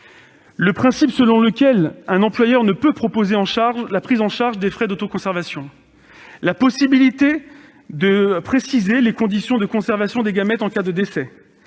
le principe selon lequel un employeur ne peut pas proposer la prise en charge des frais d'autoconservation ; la possibilité de préciser les conditions de conservation des gamètes en cas de décès